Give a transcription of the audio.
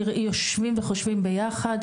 קחי בחשבון,